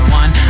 one